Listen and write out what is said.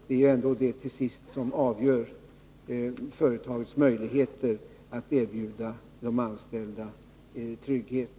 Det är ändå till sist det som avgör företagets möjligheter att erbjuda de anställda trygghet.